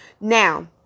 now